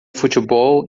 futebol